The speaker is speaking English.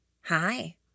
Hi